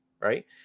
right